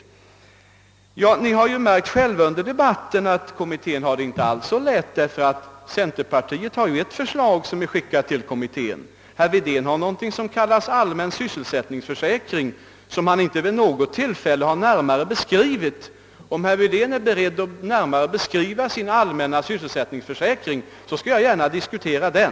Kammarens ledamöter har ju själva märkt under debatten, att kommittén inte alls har det så lätt, därför att centerpartiet har ett förslag, som är framlagt för kommittén, medan herr Wedén föreslår någonting som kallas allmän sysselsättningsförsäkring men som han inte vid något tillfälle har närmare beskrivit. Om herr Wedén är beredd att närmare beskriva sin allmänna sysselsättningsförsäkring skall jag gärna diskutera den.